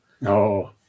No